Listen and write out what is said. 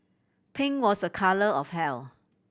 pink was a colour of health